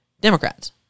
Democrats